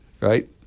right